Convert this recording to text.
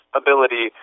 ability